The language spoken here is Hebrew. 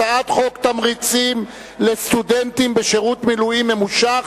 הצעת חוק תמריצים לסטודנטים בשירות מילואים ממושך,